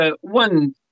One